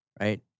right